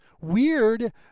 Weird